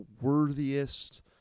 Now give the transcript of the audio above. worthiest